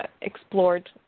explored